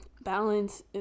Balance